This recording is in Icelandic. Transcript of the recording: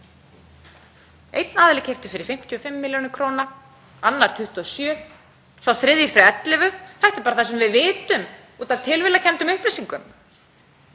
Einn aðili keypti fyrir 55 millj. kr., annar 27, sá þriðji fyrir 11. Þetta er bara það sem við vitum út af tilviljanakenndum upplýsingum.